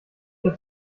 der